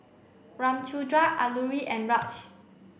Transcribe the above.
Ramchundra Alluri and Raj